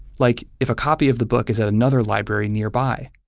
like if a copy of the book is at another library nearby.